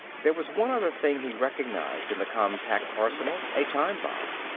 there was one other thing he recognized in the compact arsenal a time bomb.